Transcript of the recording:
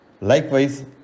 Likewise